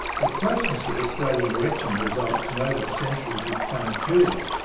the closeness of australian election results in over a century became clearer.